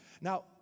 Now